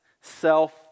self